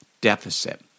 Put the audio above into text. deficit